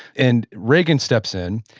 and reagan steps in,